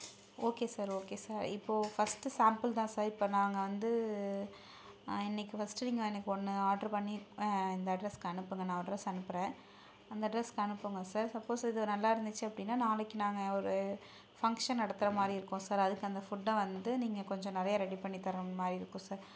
okay sir okay sir இப்போது first sample தான் sir இப்போ நாங்கள் வந்து இன்னைக்கி ஃபஸ்ட்டு நீங்கள் எனக்கு ஒன்று ஆட்ரு பண்ணி இந்த அட்ரஸுக்கு அனுப்புங்கள் நான் அட்ரஸ் அனுப்புகிறேன் அந்த அட்ரஸுக்கு அனுப்புங்கள் சார் சப்போஸ் இது நல்லா இருந்துச்சு அப்படின்னா நாளைக்கு நாங்கள் ஒரு ஃபங்ஷன் நடத்துகிற மாதிரி இருக்கோம் சார் அதுக்கு அந்த ஃபுட்டை வந்து நீங்க கொஞ்சம் நிறையா ரெடி பண்ணி தர்ற மாதிரி இருக்கும் சார்